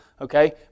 okay